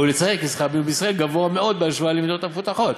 ראוי לציין כי שכר המינימום בישראל גבוה מאוד בהשוואה למדינות המפותחות: